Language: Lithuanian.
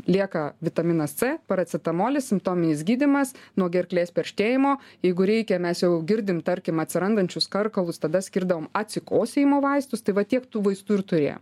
lieka vitaminas c paracetamolis simptominis gydymas nuo gerklės perštėjimo jeigu reikia mes jau girdim tarkim atsirandančius karkalus tada skirdavom atsikosėjimo vaistus tai va tiek tų vaistų ir turėjo